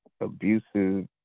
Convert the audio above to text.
abusive